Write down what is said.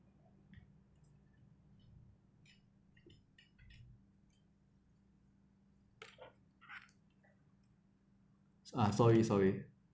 ah sorry sorry